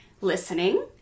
listening